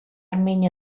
مینه